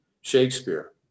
shakespeare